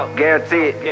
guaranteed